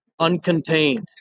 uncontained